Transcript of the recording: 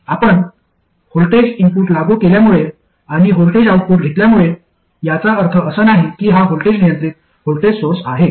आपण voltage input लागू केल्यामुळे आणि व्होल्टेज आउटपुट घेतल्यामुळे याचा अर्थ असा नाही की हा व्होल्टेज नियंत्रित व्होल्टेज सोर्स आहे